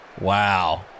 Wow